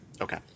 Okay